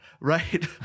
Right